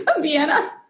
Vienna